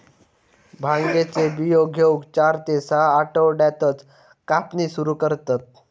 भांगेचे बियो घेऊक चार ते सहा आठवड्यातच कापणी सुरू करतत